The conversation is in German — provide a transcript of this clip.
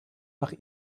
nach